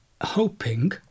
hoping